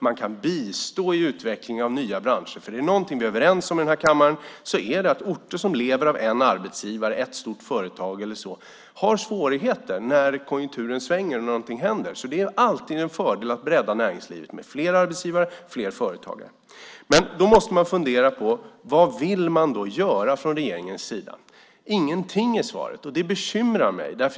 Man kan bistå i utvecklingen av nya branscher. Är det någonting som vi i denna kammare är överens om så är det att orter som lever av en enda arbetsgivare, ett stort företag till exempel, har svårigheter när konjunkturen svänger eller när någonting händer. Det är alltid en fördel att bredda näringslivet med fler arbetsgivare, med fler företagare. Men då måste man fundera på vad regeringen vill göra. Ingenting, blir svaret. Det bekymrar mig.